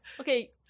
Okay